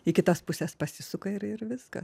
į kitas puses pasisuka ir ir viskas